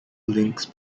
links